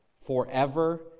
forever